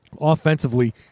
offensively